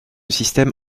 système